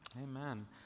amen